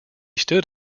stood